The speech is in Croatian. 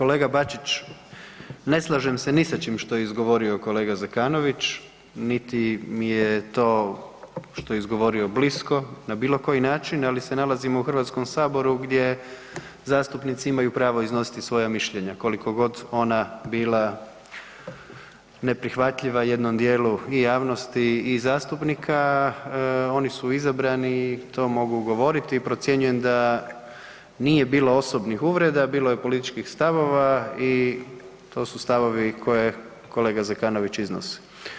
Dakle, kolega Bačić, ne slažem se ni sa čim što je izgovorio kolega Zekanović niti mi je to što je izgovorio blisko na bilokoji način, ali se nalazimo u Hrvatskom saboru gdje zastupnici imaju pravo iznositi svoja mišljenja, koliko god ona bila neprihvatljiva jednom djelu i javnosti i zastupnika, oni su izabrani i to mogu govoriti, procjenjujem da nije bilo osobnih uvreda, bilo je političkih stavova i to su stavovi koje kolega Zekanović iznosi.